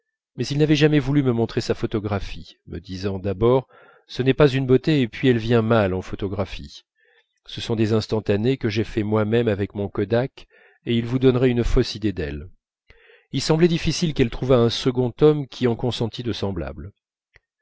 mais il n'avait jamais voulu me montrer sa photographie me disant d'abord ce n'est pas une beauté et puis elle vient mal en photographie ce sont des instantanés que j'ai faits moi-même avec mon kodak et ils vous donneraient une fausse idée d'elle il semblait difficile qu'elle trouvât un second homme qui en consentît de semblables